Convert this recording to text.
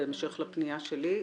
בהמשך לפניה שלי,